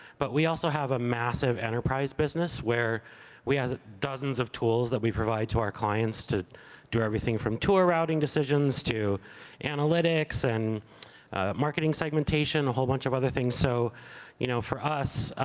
but we also have a massive enterprise business where we have dozens of tools that we provide to our clients to do everything from tour routing decisions, to analytics and marketing segmentation, a whole bunch of other things. so you know for us,